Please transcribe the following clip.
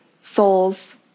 soul's